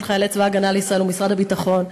חיילי צבא ההגנה לישראל הוא משרד הביטחון,